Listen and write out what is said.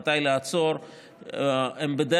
לנו ועדת בריאות עצמאית,